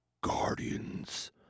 Guardians